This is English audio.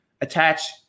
attach